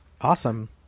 awesome